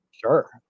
Sure